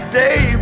day